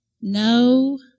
No